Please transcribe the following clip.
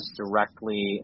directly